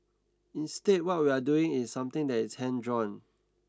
instead what we are doing is something that is hand drawn